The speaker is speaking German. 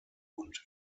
und